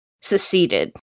seceded